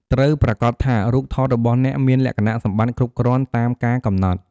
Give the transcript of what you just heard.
ត្រូវប្រាកដថារូបថតរបស់អ្នកមានលក្ខណៈសម្បត្តិគ្រប់គ្រាន់តាមការកំណត់។